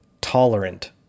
tolerant